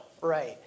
Right